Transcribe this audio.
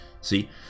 See